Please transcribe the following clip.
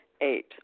Eight